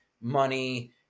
money